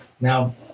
now